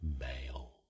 male